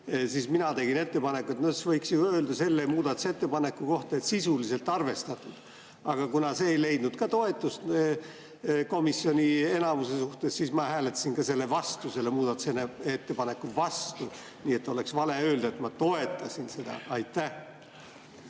siis mina tegin ettepaneku, et võiks ju öelda selle muudatusettepaneku kohta, et sisuliselt arvestatud. Aga kuna see ei leidnud komisjoni enamuse toetust, siis ma hääletasin selle muudatusettepaneku vastu. Nii et oleks vale öelda, et ma toetasin seda. Jah,